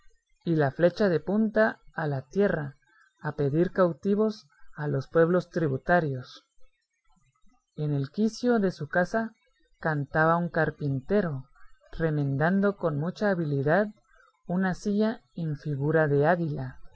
y la flecha de punta a la tierra a pedir cautivos a los pueblos tributarios en el quicio de su casa cantaba un carpintero remendando con mucha habilidad una silla en figura de águila